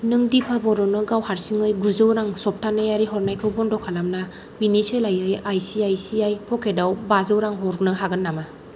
नों दिपा बर'नो गाव हारसिङै गुजौ रां सप्तानैयारि हरनायखौ बन्द' खालामना बेनि सोलायै आइसिआइसिआइ पकेटआव बाजौ रां हरनो हागोन नामा